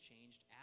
changed